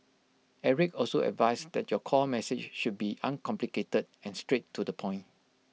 Eric also advised that your core message should be uncomplicated and straight to the point